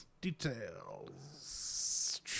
Details